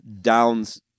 downs